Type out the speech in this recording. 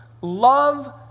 Love